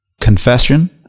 confession